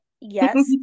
Yes